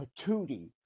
patootie